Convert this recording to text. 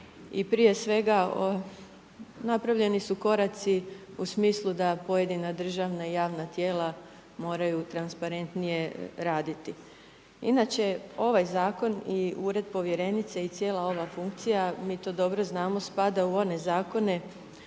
prije svega napravljeni su koraci u smislu da pojedina državna i javna tijela moraju transparentnije raditi. Inače ovaj zakon i ured povjerenice i cijela ova funkcija, mi to dobro znamo spada u one zakone